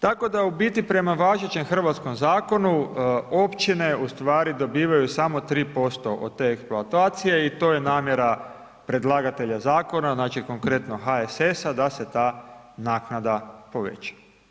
Tako da u biti prema važećem hrvatskom zakonu, općine u stvari dobivaju samo 3% od te eksploatacije i to je namjera predlagatelja zakona, znači, konkretno HSS-a da se ta naknada poveća.